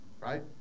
right